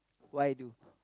why do